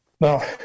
now